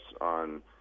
on